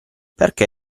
perché